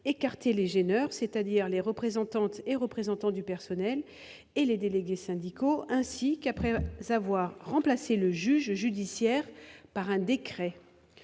écarté les gêneurs, c'est-à-dire les représentantes et représentants du personnel et les délégués syndicaux, et remplacé le juge judiciaire par un décret.